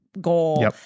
goal